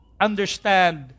understand